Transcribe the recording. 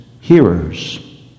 hearers